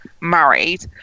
married